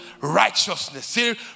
righteousness